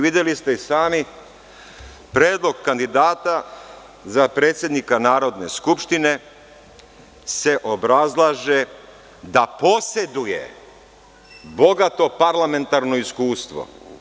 Videli ste i sami, predlog kandidata za predsednika Narodne skupštine se obrazlaže da poseduje bogato parlamentarno iskustvo.